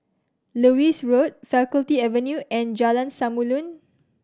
Lewis Road Faculty Avenue and Jalan Samulun